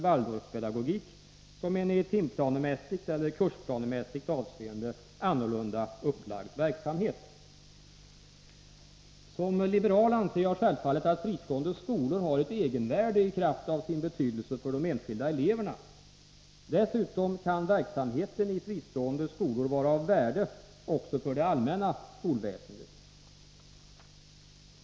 Waldorfpedagogik, som en i timplanemässigt eller kursplanemässigt avseende annorlunda upplagd verksamhet. Som liberal anser jag självfallet att fristående skolor har ett egenvärde i kraft av sin betydelse för de enskilda eleverna. Dessutom kan verksamheten i fristående skolor vara av värde också för det allmänna skolväsendet.